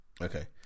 Okay